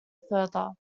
further